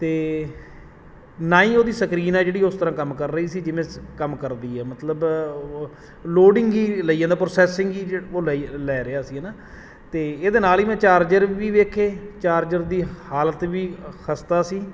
ਅਤੇ ਨਾ ਹੀ ਉਹਦੀ ਸਕਰੀਨ ਹੈ ਜਿਹੜੀ ਉਸ ਤਰ੍ਹਾਂ ਕੰਮ ਕਰ ਰਹੀ ਸੀ ਜਿਵੇਂ ਕੰਮ ਕਰਦੀ ਹੈ ਮਤਲਬ ਲੋਡਿੰਗ ਹੀ ਲਈ ਜਾਂਦਾ ਪ੍ਰੋਸੈਸਿੰਗ ਹੀ ਉਹ ਲਈ ਲੈ ਰਿਹਾ ਸੀ ਹੈ ਨਾ ਅਤੇ ਇਹਦੇ ਨਾਲ ਹੀ ਮੈਂ ਚਾਰਜਰ ਵੀ ਵੇਖੇ ਚਾਰਜਰ ਦੀ ਹਾਲਤ ਵੀ ਖਸਤਾ ਸੀ